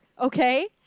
Okay